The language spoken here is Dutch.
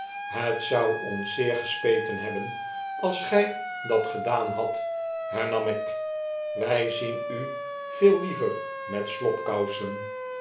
het zou ons zeer gespeten hebben als gy datgedaanhadt hernam ik wy zien u veel liever met